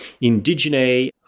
indigene